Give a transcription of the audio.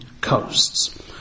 coasts